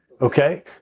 Okay